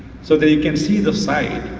so that you can see the side,